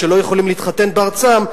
שלא יכולים להתחתן בארצם,